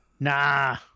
Nah